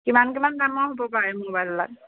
কিমান কিমান দামৰ হ'ব পাৰে মোবাইলবিলাক